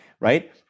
Right